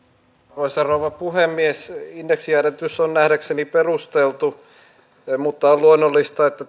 arvoisa rouva puhemies indeksijäädytys on nähdäkseni perusteltu mutta on luonnollista että